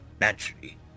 Naturally